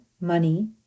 money